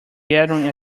gathering